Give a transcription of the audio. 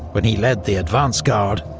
when he led the advance guard,